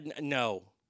no